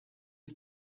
you